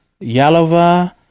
Yalova